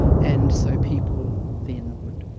and so people then would